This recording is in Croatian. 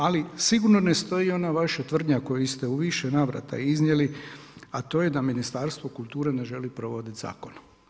Ali sigurno ne stoji ona vaša tvrdnja koju ste u više navrata iznijeli, a to je da Ministarstvo kulture ne želi provoditi zakon.